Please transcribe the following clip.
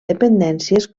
dependències